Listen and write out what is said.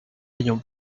ayant